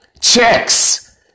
Checks